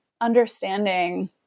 understanding